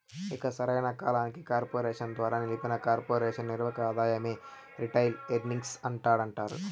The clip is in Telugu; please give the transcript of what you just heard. ఇక సరైన కాలానికి కార్పెరేషన్ ద్వారా నిలిపిన కొర్పెరేషన్ నిర్వక ఆదాయమే రిటైల్ ఎర్నింగ్స్ అంటాండారు